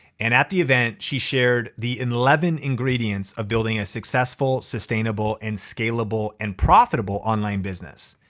and at the event she shared the eleven ingredients of building a successful, sustainable, and scalable and profitable online business.